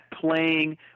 playing –